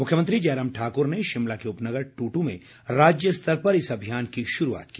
मुख्यमंत्री जयराम ठाकुर ने शिमला के उपनगर ट्टूटू में राज्य स्तर पर इस अभियान की शुरूआत की